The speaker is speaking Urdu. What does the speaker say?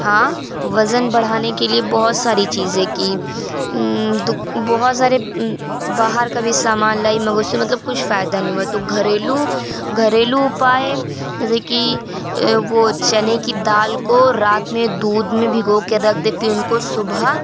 ہاں وزن بڑھانے کے لیے بہت ساری چیزیں کی دکھ بہت سارے باہر کا بھی سامان لائی مگر اس سے مطلب کچھ فائدہ نہیں ہوا تو گھریلو گھریلو اپائے جیسے کہ وہ چنے کی دال کو رات میں دودھ میں بھگو کے رکھ دیتی ہوں ان کو صبح